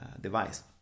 device